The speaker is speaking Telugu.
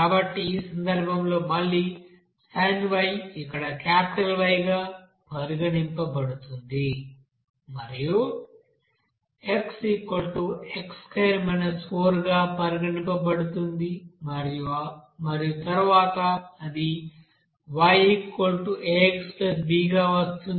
కాబట్టి ఈ సందర్భంలో మళ్లీ sin ఇక్కడ క్యాపిటల్ Y గా పరిగణించబడుతుంది మరియు Xx2 4గా పరిగణించబడుతుంది మరియు తరువాత అది YaXb గా వస్తుంది